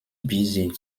busy